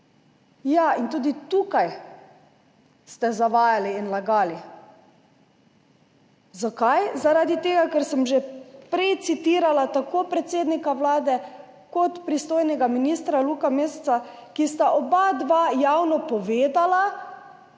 Ja in tudi tukaj ste zavajali in lagali. Zakaj? Zaradi tega, ker sem že prej citirala tako predsednika Vlade kot pristojnega ministra Luka Mesca, ki sta oba javno povedala,